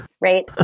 right